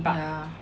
ya